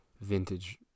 vintage